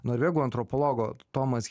norvegų antropologo tomas